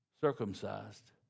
circumcised